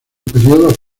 periodos